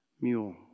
mule